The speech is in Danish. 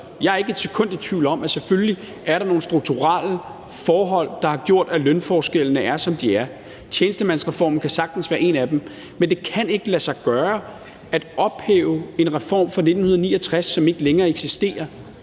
Jeg er ikke et sekund i tvivl om, at der selvfølgelig er nogle strukturelle forhold, der har gjort, at lønforskellene er, som de er. Tjenestemandsreformen kan sagtens være et af dem, men det kan ikke lade sig gøre at ophæve en reform fra 1969, som ikke længere eksisterer.